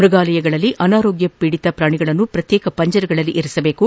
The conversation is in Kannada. ಮೃಗಾಲಯಗಳಲ್ಲಿ ಅನಾರೋಗ್ಯ ಪೀಡಿತ ಪ್ರಾಣಿಗಳನ್ನು ಪ್ರತ್ಯೇಕ ಪಂಜರಗಳಲ್ಲಿ ಇರಿಸಬೇಕು